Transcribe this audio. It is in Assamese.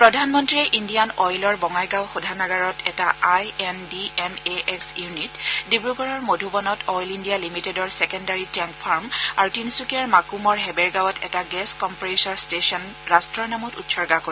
প্ৰধানমন্ত্ৰীয়ে ইণ্ডিয়ান অইলৰ বঙাইগাঁও শোধনাগাৰত এটা I N D M A এস্ক ইউনিট ডিব্ৰুগড়ৰ মধুবনত অইন ইণ্ডিয়া লিমিটেডৰ ছেকেণ্ডেৰী টেংক ফাৰ্ম আৰু তিনিচুকীয়াৰ মাকুমৰ হেবেৰগাঁৱত এটা গেছ কপ্ৰেইছৰ ষ্টেচন ৰট্টৰ নামত উৎসৰ্গা কৰিব